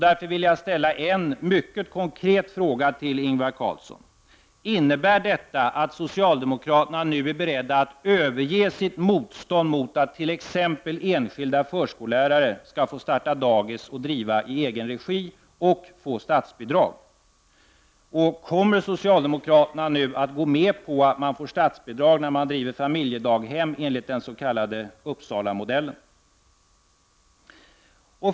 Därför vill jag ställa en mycket konkret fråga till Ingvar Carlsson. Innebär detta att socialdemokraterna nu är beredda att överge sitt motstånd mot att t.ex. enskilda förskollärare skall få starta dagis att driva i egen regi och få statsbidrag? Kommer socialdemokraterna nu att gå med på att man får statsbidrag när man bedriver familjedaghem enligt den s.k. Uppsalamodellen?